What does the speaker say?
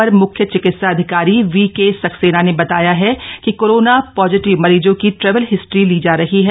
अपर मुख्य चिकित्सा अधिकारी वी के सक्सेना ने बताया है कि कोरोना पॉजिटिव मरीजों की ट्रैवल हिस्ट्री ली जा रही है